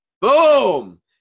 boom